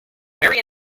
marry